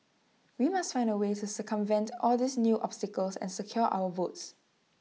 we must find A way to circumvent all these new obstacles and secure our votes